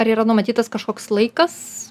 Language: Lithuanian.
ar yra numatytas kažkoks laikas